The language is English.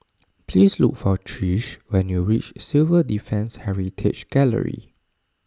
please look for Trish when you reach Civil Defence Heritage Gallery